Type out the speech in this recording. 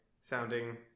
sounding